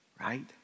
right